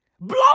Blow